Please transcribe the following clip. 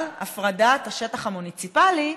אבל הפרדת השטח המוניציפלי,